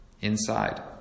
inside